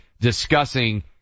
discussing